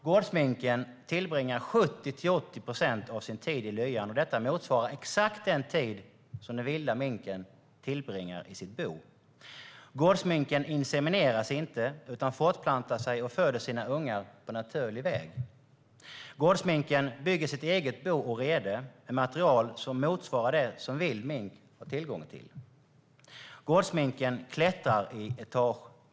Gårdsminken tillbringar 70-80 procent av sin tid i lyan. Detta motsvarar exakt den tid som den vilda minken tillbringar i sitt bo. Gårdsminken insemineras inte utan fortplantar sig och föder sina ungar på naturlig väg. Gårdminken bygger sitt eget bo och rede med material som motsvarar det som vild mink har tillgång till. Gårdsminken klättrar i etageburar.